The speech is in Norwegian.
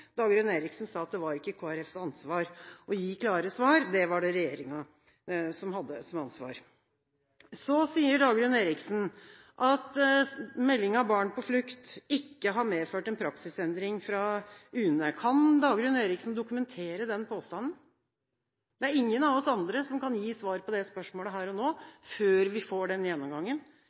Eriksen sa at det var ikke Kristelig Folkepartis ansvar å gi «klare svar», det var det regjeringen som hadde som ansvar. Så sier Dagrun Eriksen at meldingen Barn på flukt ikke har medført en praksisendring fra UNE. Kan Dagrun Eriksen dokumentere den påstanden? Det er ingen av oss andre som kan gi svar på det spørsmålet her og nå, før vi får gjennomgangen